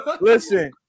listen